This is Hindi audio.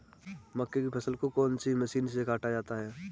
मक्के की फसल को कौन सी मशीन से काटा जाता है?